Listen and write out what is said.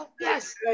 Yes